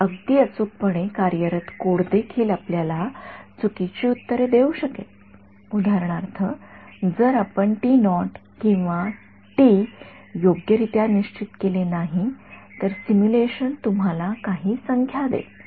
तर अगदी अचूकपणे कार्यरत कोड देखील आपल्याला चुकीची उत्तरे देऊ शकेल उदाहरणार्थ जर आपण किंवा टी योग्यरित्या निश्चित केले नाही तर सिम्युलेशन तुम्हाला काही संख्या देईल